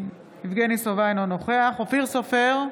אינו נוכח אופיר סופר,